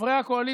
חברי הקואליציה.